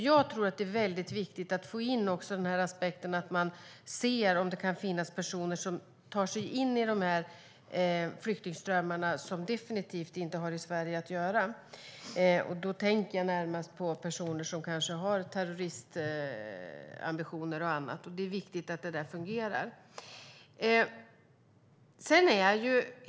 Jag tror att det är viktigt att få in aspekten att det kan finnas människor som tar sig in i flyktingströmmarna som definitivt inte har i Sverige att göra. Då tänker jag närmast på personer som har terroristambitioner och annat, så det är viktigt att detta fungerar.